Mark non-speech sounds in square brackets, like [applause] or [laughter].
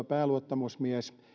[unintelligible] pääluottamusmies